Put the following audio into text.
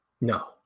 No